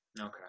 Okay